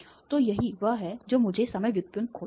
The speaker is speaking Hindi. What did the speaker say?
तो यही वह है जो मुझे समय व्युत्पन्न खोजना है